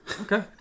Okay